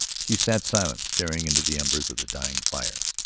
she sat silent, staring into the embers of the dying fire.